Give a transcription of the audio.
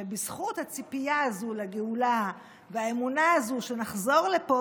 ובזכות הציפייה הזו לגאולה והאמונה הזו שנחזור לפה,